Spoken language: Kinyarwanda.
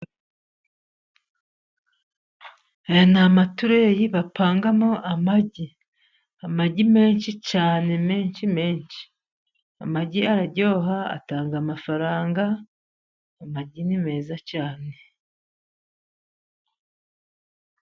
Aya ni amatureyi bapangamo amagi, amagi menshi cyane menshi menshi. Amagi araryoha, atanga amafaranga, amagi ni meza cyane.